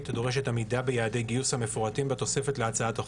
דורשת עמידה ביעדי גיוס המפורטים בתוספת להצעת החוק.